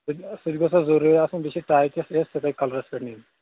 سُتہ سُہ تہِ گوٚژھ اَتھ ضروٗری آسُن بیٚیہِ چھِ ٹاے گژھِ سفید کَلرس پٮ۪ٹھ نیرٕنۍ